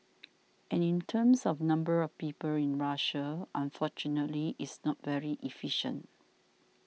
and in terms of number of people in Russia unfortunately it's not very efficient